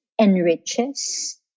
enriches